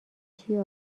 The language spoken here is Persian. چیه